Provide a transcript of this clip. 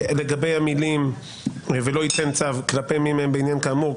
לגבי המילים "ולא ייתן צו כלפי מי מהם בעניין כאמור",